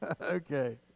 Okay